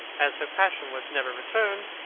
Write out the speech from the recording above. as her passion was never returned,